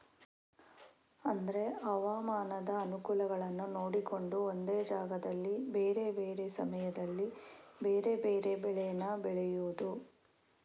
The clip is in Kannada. ಅಂದ್ರೆ ಹವಾಮಾನದ ಅನುಕೂಲಗಳನ್ನ ನೋಡಿಕೊಂಡು ಒಂದೇ ಜಾಗದಲ್ಲಿ ಬೇರೆ ಬೇರೆ ಸಮಯದಲ್ಲಿ ಬೇರೆ ಬೇರೆ ಬೆಳೇನ ಬೆಳೆಯುದು